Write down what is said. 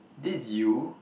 this is you